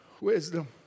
Wisdom